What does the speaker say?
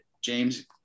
James